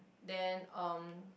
then um